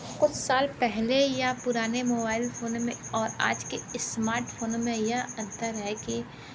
कुछ साल पहले या पुराने मोबाइल फ़ोन में और आज के स्मार्टफोनों में यह अंतर है कि